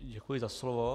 Děkuji za slovo.